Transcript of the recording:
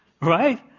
right